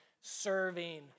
serving